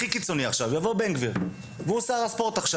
קיצוני עכשיו בן גביר הוא שר הספורט,